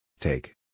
Take